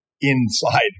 inside